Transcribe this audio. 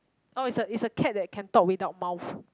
oh is a is a cat that can talk without mouth